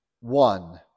one